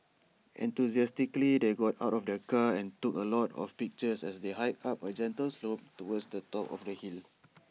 enthusiastically they got out of the car and took A lot of pictures as they hiked up A gentle slope towards the top of the hill